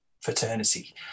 fraternity